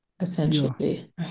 essentially